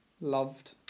loved